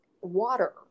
water